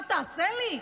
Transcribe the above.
מה תעשה לי?